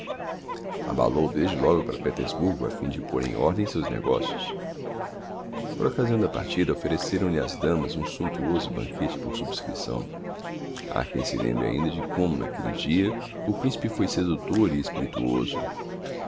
abalou desde logo para petersburgo a fim de pôr em ordem seus negocios por occasião da partida offereceram lhe as damas um sumptuoso banquete por subscripção ha quem se lembre ainda de como n'aquelle dia o principe foi seductor e espirituoso